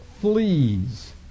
fleas